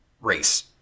race